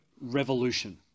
revolution